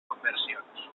conversions